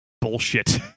bullshit